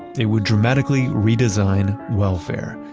it would dramatically redesign welfare,